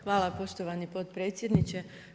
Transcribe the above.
Hvala poštovani potpredsjedniče.